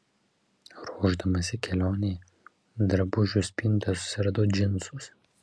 ruošdamasi kelionei drabužių spintoje susiradau džinsus